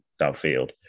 downfield